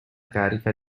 carica